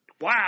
Wow